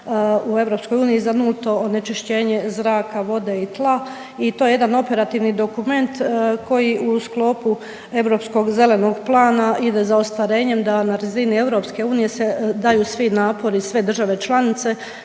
u EU za nulto onečišćenje zraka, vode i tla i to je jedan operativni dokument koji u sklopu Europskog zelenog plana ide za ostvarenjem da na razini EU se daju svi napori, sve države članice,